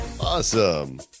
Awesome